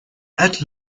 add